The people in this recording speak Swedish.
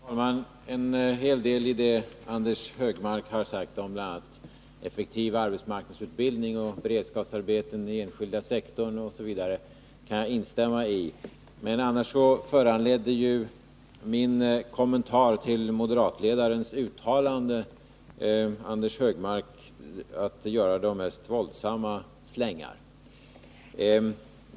Herr talman! En hel del i det Anders Högmark har sagt om bl.a. effektiv arbetsmarknadsutbildning och beredskapsarbeten i den enskilda sektorn kan jag instämma i. Annars föranledde min kommentar till moderatledarens uttalande Anders Högmark att komma med de mest våldsamma slängar.